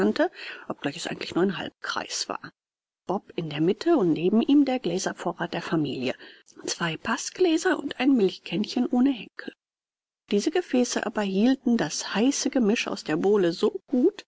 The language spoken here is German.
obgleich es eigentlich nur ein halbkreis war bob in der mitte und neben ihm der gläservorrat der familie zwei paßgläser und ein milchkännchen ohne henkel diese gefäße aber hielten das heiße gemisch aus der bowle so gut